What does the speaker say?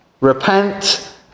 Repent